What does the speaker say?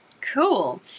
Cool